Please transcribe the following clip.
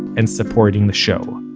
and supporting the show.